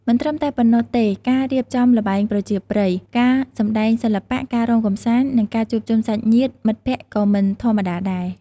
មិនត្រឹមតែប៉ុណ្ណោះទេការរៀបចំល្បែងប្រជាប្រិយ ការសម្ដែងសិល្បៈ ការរាំកម្សាន្ត និងការជួបជុំសាច់ញាតិមិត្តភក្តិក៏មិនធម្មតាដែរ ។